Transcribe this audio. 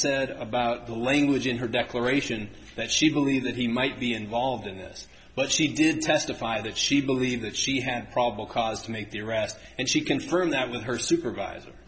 said about the language in her declaration that she believed that he might be involved in this but she did testify that she believed that she had probable cause to make the arrest and she confirmed that with her supervisor